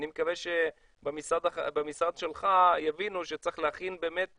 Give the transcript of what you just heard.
אני מקווה שבמשרד שלך יבינו שצריך להכין באמת